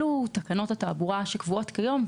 אלו תקנות התעבורה שקבועות כיום,